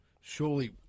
surely